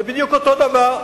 זה בדיוק אותו דבר.